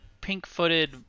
pink-footed